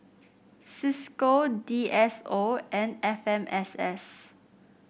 Cisco D S O and F M S S